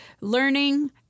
learning